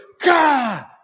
God